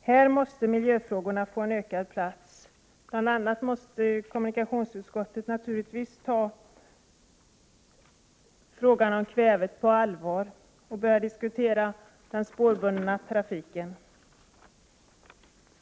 Här måste miljöfrågorna få en ökad plats. Bl.a. måste kommunikationsutskottet naturligtvis ta frågan om kvävet på allvar och börja diskutera den spårbundna trafiken.